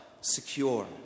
secure